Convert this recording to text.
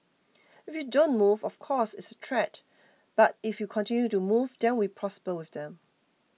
if you don't move of course it's a threat but if you continue to move then we prosper with them